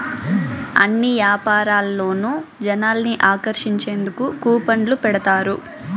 అన్ని యాపారాల్లోనూ జనాల్ని ఆకర్షించేందుకు కూపన్లు పెడతారు